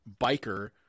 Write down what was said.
biker